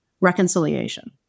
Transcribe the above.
reconciliation